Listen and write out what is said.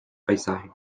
paisaje